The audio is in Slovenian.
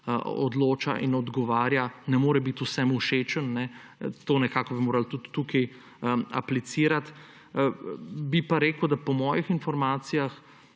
odloča in odgovarja, ne more biti vsem všečen, bi morali tudi tukaj aplicirati. Bi pa rekel, da se po mojih informacijah